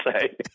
say